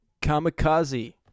Kamikaze